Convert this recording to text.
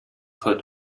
put